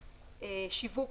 שיווק,